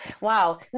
Wow